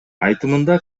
айтымында